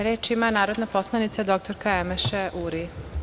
Reč ima narodna poslanica dr Emeše Uri.